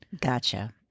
Gotcha